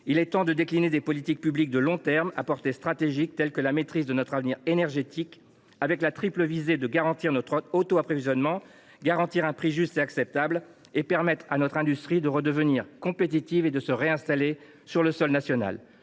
il est temps de décliner des politiques publiques de long terme, de portée stratégique, pour la maîtrise de notre avenir énergétique, et ce afin de répondre à un triple objectif : assurer notre autoapprovisionnement, garantir un prix juste et acceptable et permettre à notre industrie de redevenir compétitive et de se réinstaller sur le sol national.